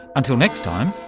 until next time,